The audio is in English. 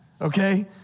okay